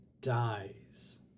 dies